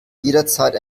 jederzeit